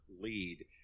lead